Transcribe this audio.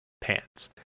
pants